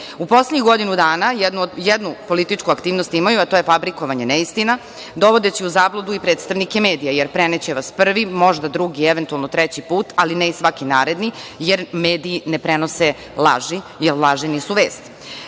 poslednjih godinu dana jednu političku aktivnost imaju, a to je fabrikovanje neistina, dovodeći u zabludu i predstavnike medija, jer preneće vas prvi, možda drugi, eventualno treći put, ali ne i svaki naredni, jer mediji ne prenose laži, jer laži nisu vest.